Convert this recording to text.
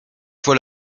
fois